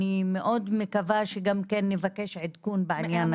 אני מאוד מקווה שגם כן נבקש עדכון בעניין הזה.